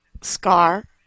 scar